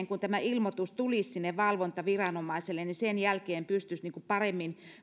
kun tämä ilmoitus tulisi sinne valvontaviranomaiselle niin sen jälkeen valvontaviranomaiset pystyisivät paremmin